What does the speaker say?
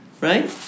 right